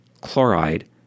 chloride